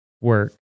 work